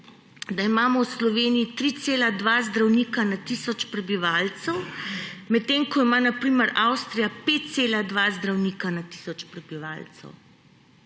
da imamo v Sloveniji 3,2 zdravnika na tisoč prebivalcev, medtem ko ima na primer Avstrija 5,2 zdravnika na tisoč prebivalcev.